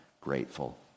grateful